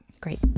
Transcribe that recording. Great